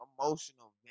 emotional